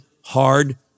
hard